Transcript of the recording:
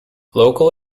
local